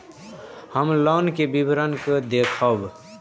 हम लोन के विवरण के देखब?